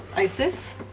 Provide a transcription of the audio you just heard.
i sits.